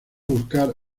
buscar